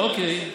אוקיי.